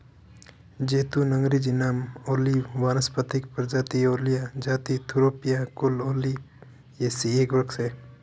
ज़ैतून अँग्रेजी नाम ओलिव वानस्पतिक प्रजाति ओलिया जाति थूरोपिया कुल ओलियेसी एक वृक्ष है